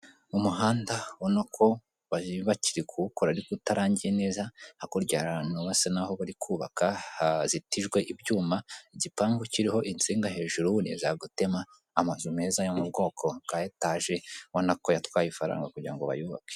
Umuhanda ubona ko bari bakiri kuwukora ariko utarangiye neza, hakurya hari ahantu basa nk'aho bari kubaka hazitijwe ibyuma, igipangu kiriho insinga hejuru wuriye zagutema, amazu meza yo mu bwoko bwa etage ubona ko yatwaye ifaranga kugira ngo bayubake.